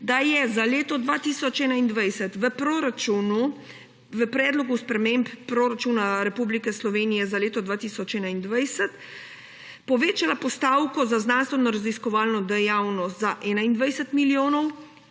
da je za leto 2021 v Predlogu sprememb proračuna Republike Slovenije za leto 2021 povečala postavko za znanstvenoraziskovalno dejavnost za 21 milijonov